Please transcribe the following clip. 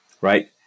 right